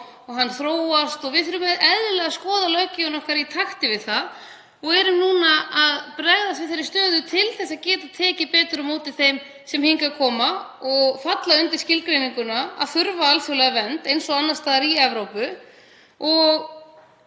þróast og við þurfum eðlilega að skoða löggjöf okkar í takti við það. Við erum núna að bregðast við þeirri stöðu til að geta tekið betur á móti þeim sem hingað koma og falla undir þá skilgreiningu að þurfa alþjóðlega vernd, eins og annars staðar í Evrópu, og